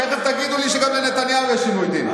תכף תגידו לי שגם לנתניהו יש עינוי דין.